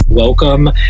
Welcome